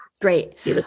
Great